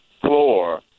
floor